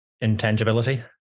intangibility